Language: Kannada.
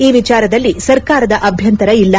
ಈ ವಿಚಾರದಲ್ಲಿ ಸರ್ಕಾರದ ಅಭ್ಯಂತರ ಇಲ್ಲ